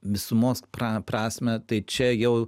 visumos prasmę tai čia jau